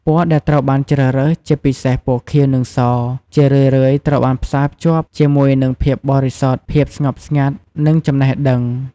ពណ៌ដែលត្រូវបានជ្រើសរើស ជាពិសេសពណ៌ខៀវ និងស ជារឿយៗត្រូវបានផ្សារភ្ជាប់ជាមួយនឹងភាពបរិសុទ្ធ ភាពស្ងប់ស្ងាត់ និងចំណេះដឹង។